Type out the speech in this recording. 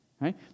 Right